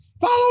Follow